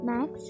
Max